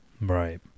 right